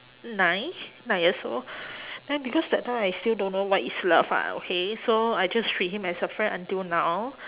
nine nine years old then because that time I still don't know what is love ah okay so I just treat him as a friend until now